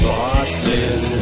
Boston